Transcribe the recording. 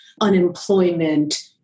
unemployment